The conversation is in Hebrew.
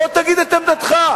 בוא תגיד את עמדתך.